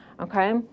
Okay